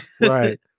Right